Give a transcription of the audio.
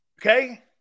Okay